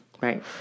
Right